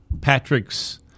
Patrick's